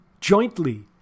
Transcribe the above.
jointly